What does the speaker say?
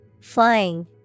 Flying